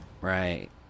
Right